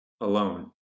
alone